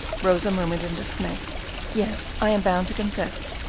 rosa murmured in dismay yes, i am bound to confess,